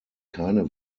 keine